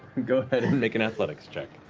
go ahead and and make an athletics check.